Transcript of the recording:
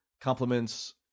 compliments